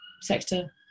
sector